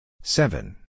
Seven